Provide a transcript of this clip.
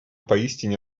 поистине